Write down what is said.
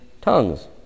tongues